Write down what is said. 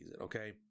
okay